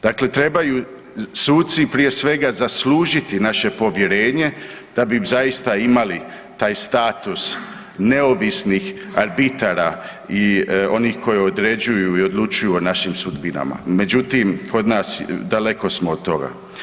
Dakle, trebaju suci prije svega zaslužiti naše povjerenje da bi zaista imali taj status neovisnih arbitara i onih koji određuju i odlučuju o našim sudbinama, međutim kod nas, daleko smo od toga.